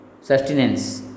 Sustenance